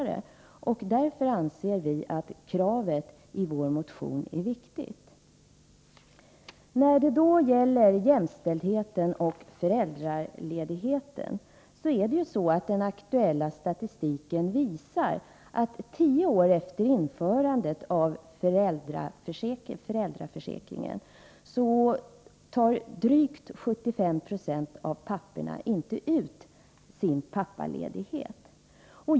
Vi anser därför att kravet i vår motion är viktigt. Vad gäller jämställdhet och föräldraledighet visar den aktuella statistiken att fortfarande, tio år efter införandet av föräldraförsäkringen, drygt 75 760 av papporna inte tar ut sin pappaledighet.